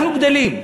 אנחנו גדלים.